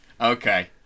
Okay